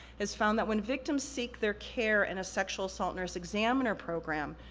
has found that when victims seek their care in a sexual assault nurse examiner program,